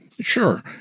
Sure